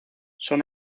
son